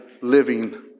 living